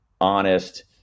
honest